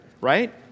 right